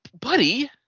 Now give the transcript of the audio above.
buddy